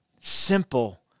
simple